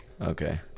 Okay